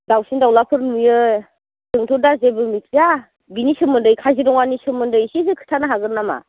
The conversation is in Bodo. दाउसिन दावलाफोर नुयो जोंथ' दा जेबो मिथिया बिनि सोमोन्दै काजिरङानि सोमोन्दै एसेसो खिथानो हागोन नामा